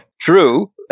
True